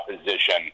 opposition